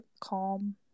calm